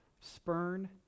spurn